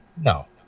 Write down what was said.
No